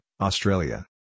Australia